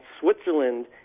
Switzerland